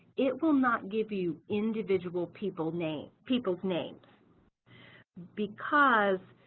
it will not give you individual people's names people's names because